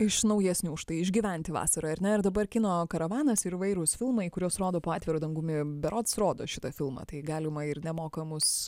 iš naujesnių štai išgyventi vasarą ar ne ir dabar kino karavanas ir įvairūs filmai kuriuos rodo po atviru dangumi berods rodo šitą filmą tai galima ir nemokamus